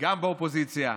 וגם באופוזיציה,